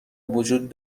وجود